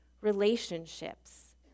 relationships